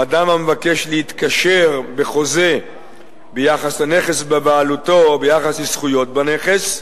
אדם המבקש להתקשר בחוזה ביחס לנכס בבעלותו או ביחס לזכויות בנכס,